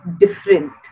different